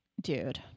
dude